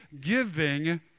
giving